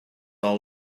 all